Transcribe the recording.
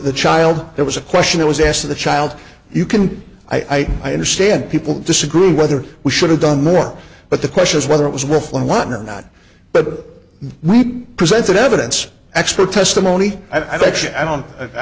the child there was a question it was asked of the child you can i i understand people disagree whether we should have done more but the question is whether it was willful and wanton or not but we presented evidence expert testimony i've actually i don't i